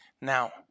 Now